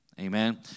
Amen